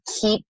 keep